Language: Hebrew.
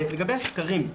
לגבי הסקרים,